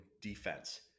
defense